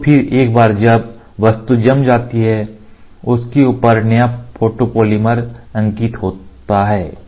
तो फिर एक बार जब वस्तु जम जाती है उसके ऊपर नया फोटोपॉलीमर अंकित होता है